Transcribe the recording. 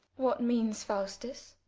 what means faustus?